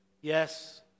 yes